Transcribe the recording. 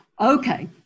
Okay